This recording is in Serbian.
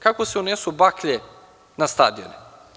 Kako se unesu baklje na stadione?